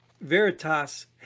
Veritas